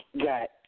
got